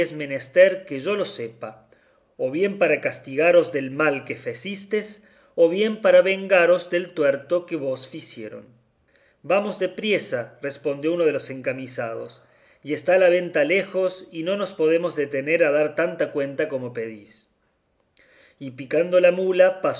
menester que yo lo sepa o bien para castigaros del mal que fecistes o bien para vengaros del tuerto que vos ficieron vamos de priesa respondió uno de los encamisados y está la venta lejos y no nos podemos detener a dar tanta cuenta como pedís y picando la mula pasó